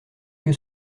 que